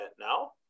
now